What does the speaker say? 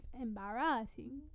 Embarrassing